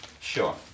sure